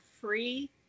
free